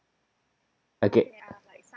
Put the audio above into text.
okay